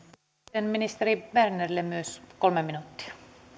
sitten ministeri bernerille myös kolme minuuttia